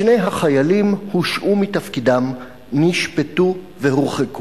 שני החיילים הושעו מתפקידם, נשפטו והורחקו.